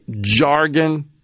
jargon